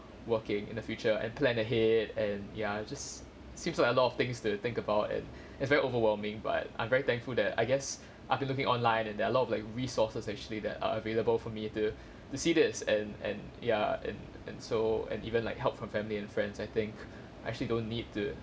working in the future and plan ahead and ya it just seems like a lot of things to think about and it's very overwhelming but I'm very thankful that I guess I've been looking online and there are a lot of like resources actually that are available for me to to see this and and ya and and so and even like help from family and friends I think actually don't need to